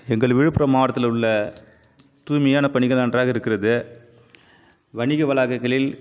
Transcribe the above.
எங்கள் விழுப்புரம் மாவட்டத்தில் உள்ள தூய்மையான பணிகள் நன்றாக இருக்கிறது வணிக வளாகங்களில்